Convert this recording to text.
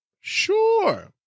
sure